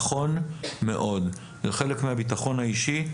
נכון מאוד, זה חלק מהביטחון האישי,